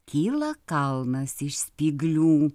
kyla kalnas iš spyglių